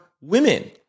women